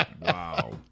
Wow